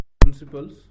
principles